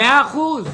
בסדר גמור.